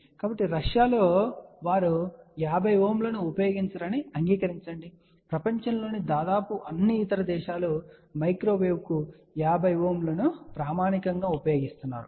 కాబట్టి రష్యాలో వారు 50 Ω ఉపయోగించరని అంగీకరించండి ప్రపంచంలోని దాదాపు అన్ని ఇతర దేశాలు మైక్రోవేవ్కు 50 Ω ను ప్రామాణికంగా ఉపయోగిస్తున్నారు